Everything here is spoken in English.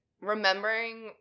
remembering